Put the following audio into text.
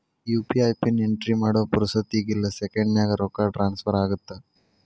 UPI pin entry ಮಾಡೋ ಪುರ್ಸೊತ್ತಿಗಿಲ್ಲ ಸೆಕೆಂಡ್ಸ್ನ್ಯಾಗ ರೊಕ್ಕ ಟ್ರಾನ್ಸ್ಫರ್ ಆಗತ್ತ